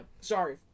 sorry